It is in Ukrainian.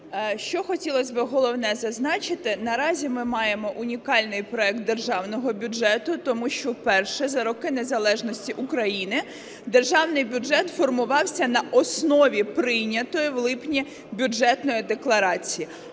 що хотілось би головне зазначити. Наразі ми маємо унікальний проект Державного бюджету, тому що вперше за роки незалежності України Державний бюджет формувався на основі прийнятої в липні Бюджетної декларації.